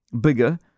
bigger